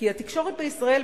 כי התקשורת בישראל,